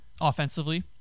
offensively